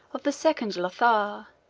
of the second lothair